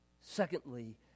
Secondly